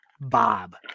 Bob